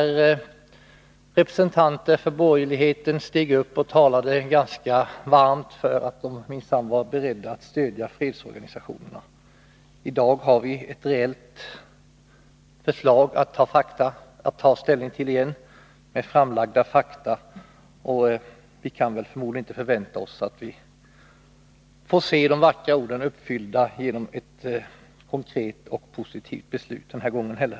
Representanter för borgerligheten steg upp och talade om att de minsann var beredda att stödja fredsorganisationerna. I dag har vi återigen ett reellt förslag med framlagda fakta att ta ställning till. Förmodligen kan vi inte förvänta oss att få se de vackra orden uppfyllda genom ett konkret positivt beslut den här gången heller.